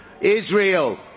Israel